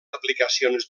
aplicacions